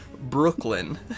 Brooklyn